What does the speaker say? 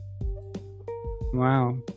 Wow